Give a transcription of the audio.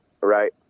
right